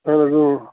اَہَن حظ اۭں